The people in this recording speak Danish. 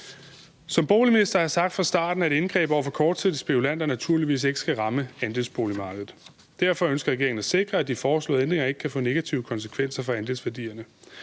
Som boligminister har jeg sagt fra starten, at indgreb over for kortsigtede spekulanter naturligvis ikke skal ramme andelsboligmarkedet, og derfor ønsker regeringen at sikre, at de foreslåede ændringer ikke kan få negative konsekvenser for andelsværdierne.